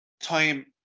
time